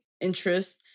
interest